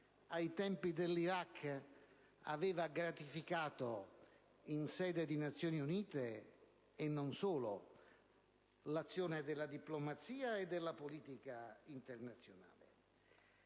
ai tempi dell'Iraq aveva gratificato, in sede di Nazioni Unite e non solo, l'azione della diplomazia e della politica internazionale.